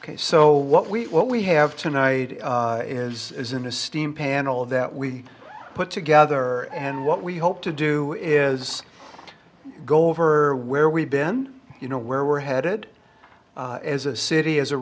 ok so what we what we have tonight is is an esteemed panel that we put together and what we hope to do is go over where we've been you know where we're headed as a city as a